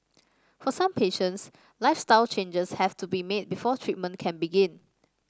for some patients lifestyle changes have to be made before treatment can begin